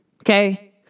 Okay